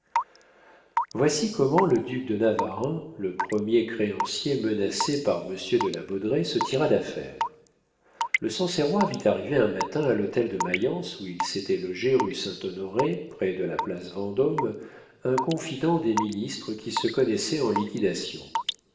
voici comment le duc de navarreins le premier créancier menacé par monsieur de la baudraye se tira d'affaire le sancerrois vit arriver un matin à l'hôtel de mayence où il s'était logé rue saint-honoré près de la place vendôme un confident des ministres qui se connaissait en liquidations